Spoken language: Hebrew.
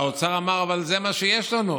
והאוצר אמר: אבל זה מה שיש לנו.